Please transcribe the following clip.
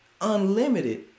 Unlimited